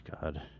God